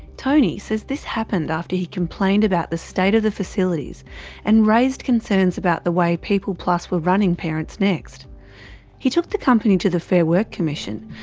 tony says this happened after he complained about the state of the facilities and raised concerns about the way peopleplus were running parentsnext. he took the company to the fairwork commission,